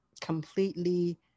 completely